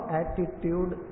attitude